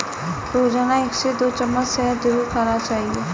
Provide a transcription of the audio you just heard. रोजाना एक से दो चम्मच शहद जरुर खाना चाहिए